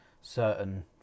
certain